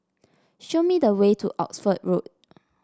show me the way to Oxford Road